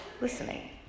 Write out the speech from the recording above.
listening